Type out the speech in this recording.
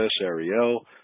Ariel